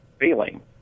failing